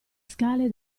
scale